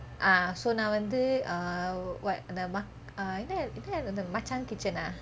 ah so நான் வந்து:nann vanthu uh what அந்த:antha என்ன அது என்ன அது அந்த: enna athu enna athu anthe Machan's Kitchen ah